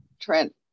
Trent